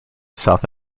south